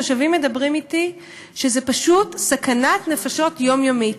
תושבים אומרים לי שזה פשוט סכנת נפשות יומיומית.